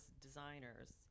designers